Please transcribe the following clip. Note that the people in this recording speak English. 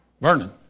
Vernon